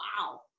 Wow